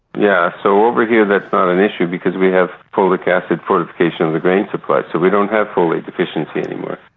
yeah, so over here that's not an issue because we have folic acid fortification of the grain supply so we don't have folate deficiency anymore.